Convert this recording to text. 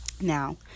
Now